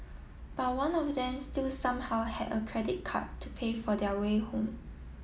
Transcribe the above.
but one of them still somehow had a credit card to pay for their way home